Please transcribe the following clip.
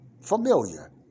familiar